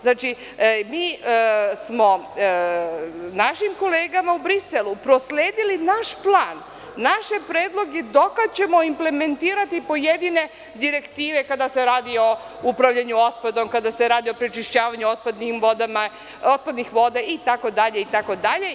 Znači, mi smo našim kolegama u Briselu prosledili naš plan, naše predlog je do kada ćemo implementirati pojedine direktive kada se radi o upravljanju otpadom, kada se radi o prečišćavanju otpadnih voda, itd, itd.